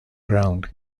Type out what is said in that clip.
round